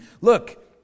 Look